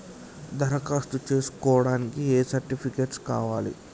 దరఖాస్తు చేస్కోవడానికి ఏ సర్టిఫికేట్స్ కావాలి?